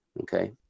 okay